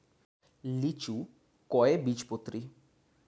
লিচু কয় বীজপত্রী?